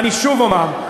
אני שוב אומר,